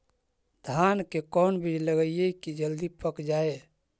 धान के कोन बिज लगईयै कि जल्दी पक जाए?